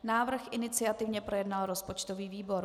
Návrh iniciativně projednal rozpočtový výbor.